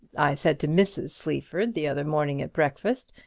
i said to mrs. sleaford the other morning at breakfast,